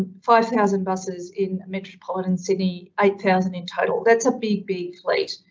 ah five thousand buses in metropolitan sydney, eight thousand in total. that's a big, big fleet.